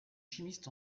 chimiste